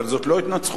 אבל זאת לא התנצחות,